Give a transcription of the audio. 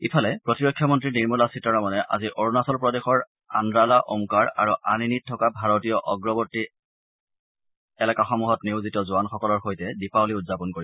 ইফালে প্ৰতিৰক্ষা মন্ত্ৰী নিৰ্মলা সীতাৰমণে আজি অৰুণাচল প্ৰদেশৰ আন্দ্ৰালা ওমকাৰ আৰু আনিনীত থকা ভাৰতীয় অগ্ৰৱৰ্তী এলেকাসমূহত নিয়োজিত জোৱানসকলৰ সৈতে দীপাৱলী উদযাপন কৰিব